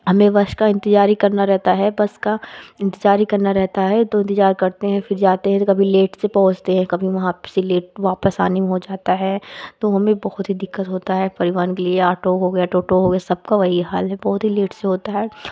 हमें बस का इंतेज़ार ही करना रहता है बस का इंतेज़ार ही करना रहता है तो इंतेज़ार करते हैं फिर जाते हैं कभी लेट से पहुंचते हैं कभी वहाँ से लेट वापस आने में हो जाता है तो हमें बहुत ही दिक्कत होती है परिवहन के लिए आटो हो गया टोटो हो गया सब का वही हाल है बहुत ही लेट से होता है